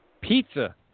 pizza